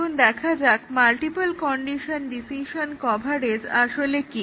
এবার দেখা যাক মাল্টিপল কন্ডিশন ডিসিশন কভারেজ আসলে কি